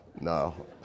no